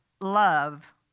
love